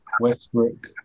Westbrook